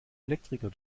elektriker